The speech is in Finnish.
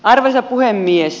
arvoisa puhemies